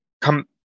come